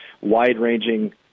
wide-ranging